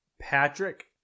Patrick